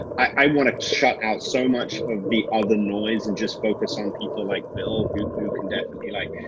i wanna shut out so much of the other noise and just focus on people like bill who can definitely like